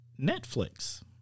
Netflix